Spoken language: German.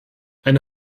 eine